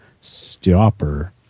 stopper